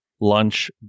lunch